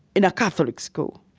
in a catholic school,